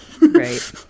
right